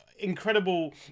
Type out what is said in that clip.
incredible